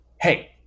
Hey